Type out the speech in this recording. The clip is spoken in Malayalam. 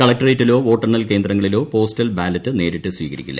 കളക്ടറേറ്റിലോ വോട്ടെണ്ണൽ കേന്ദ്രങ്ങളിലോ പോസ്റ്റൽ ബാലറ്റ് നേരിട്ടു സ്വീകരിക്കില്ല